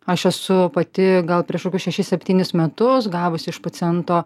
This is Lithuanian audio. aš esu pati gal prieš kokius šešis septynis metus gavus iš paciento